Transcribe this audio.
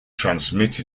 transmit